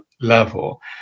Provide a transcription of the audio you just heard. level